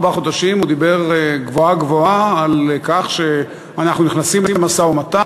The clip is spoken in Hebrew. ארבעה חודשים הוא דיבר גבוהה-גבוהה על כך שאנחנו נכנסים למשא-ומתן,